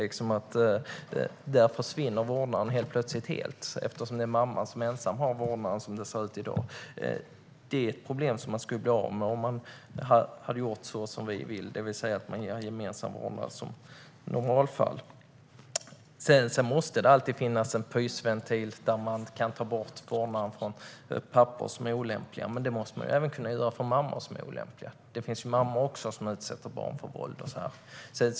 Där försvinner den gemensamma vårdnaden plötsligt helt, eftersom det är mamman som ensam har vårdnaden som det ser ut i dag. Det är ett problem som man skulle bli av med om man hade gjort så som vi vill, det vill säga ge gemensam vårdnad i normalfallet. Det måste alltid finnas en pysventil där man kan ta bort vårdnaden från pappor som är olämpliga. Det måste man även kunna göra från mammor som är olämpliga. Också mammor kan utsätta sina barn för våld.